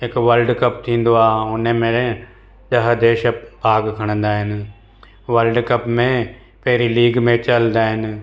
हिकु वर्ल्डकप थींदो आहे हुन में ॾह देश भाग खणंदा आहिनि वर्ल्डकप में पहिरीं लीग मैच हलंदा आहिनि